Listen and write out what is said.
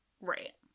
Right